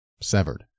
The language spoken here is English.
severed